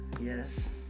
Yes